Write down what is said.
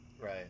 right